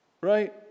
Right